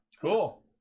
Cool